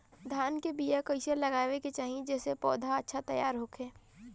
धान के बीया कइसे लगावे के चाही जेसे पौधा अच्छा तैयार होखे?